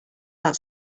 that